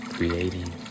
creating